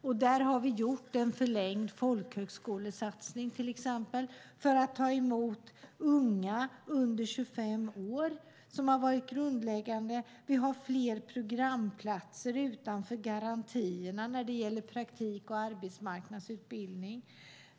Vi har till exempel gjort en förlängd folkhögskolesatsning för att ta emot unga under 25 år, vilket har varit grundläggande. Vi har fler programplatser utanför garantierna när det gäller praktik och arbetsmarknadsutbildning.